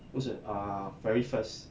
不是 err very first